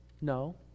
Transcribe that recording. No